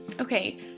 Okay